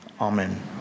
Amen